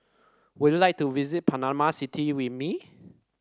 would you like to visit Panama City with me